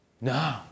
No